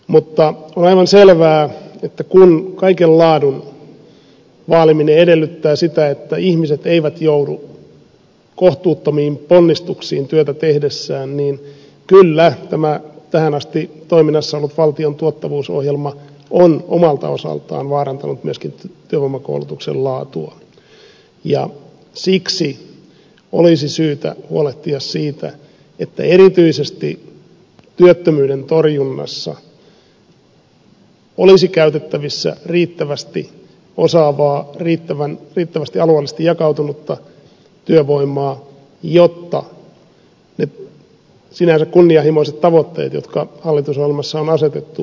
mutta on aivan selvää että kun kaiken laadun vaaliminen edellyttää sitä että ihmiset eivät joudu kohtuuttomiin ponnistuksiin työtä tehdessään niin kyllä tämä tähän asti toiminnassa ollut valtion tuottavuusohjelma on omalta osaltaan vaarantanut myöskin työvoimakoulutuksen laatua ja siksi olisi syytä huolehtia siitä että erityisesti työttömyyden torjunnassa olisi käytettävissä riittävästi osaavaa riittävästi alueellisesti jakautunutta työvoimaa jotta ne sinänsä kunnianhimoiset tavoitteet jotka hallitusohjelmassa on asetettu voitaisiin saavuttaa